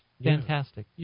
Fantastic